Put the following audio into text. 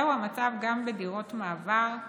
זהו המצב גם בדירות מעבר,